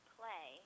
play